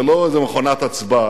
זה לא איזה מכונת הצבעה.